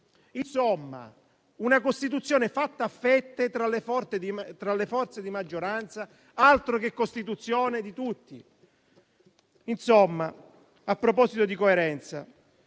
insomma, una Costituzione fatta a fette tra le forze di maggioranza. Altro che Costituzione di tutti! A proposito di coerenza,